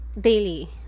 daily